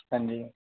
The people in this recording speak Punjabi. ਹਾਂਜੀ